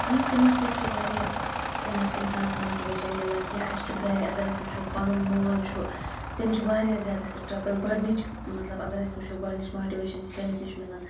کینٛہہ تِمو سۭتۍ چھِ واریاہ اِنَس اِنسانَس ماٹِویشَن مِلان یا اَسہِ چھُ گَرِ اگر أسۍ وٕچھو پَنُن مول چھُ تٔمۍ چھِ واریاہ زیادٕ سٹرٛگٕل گۄڈٕنِچ مطلب اگر أسۍ وٕچھو گۄڈٕنِچ ماٹِویشَن چھِ تٔمِس نِش مِلان